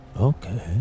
Okay